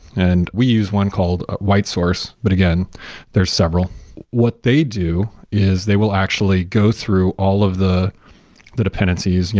and we use one called white source, but again there's several what they do is they will actually go through all of the the dependencies,